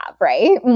right